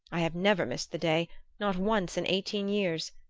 i have never missed the day not once in eighteen years.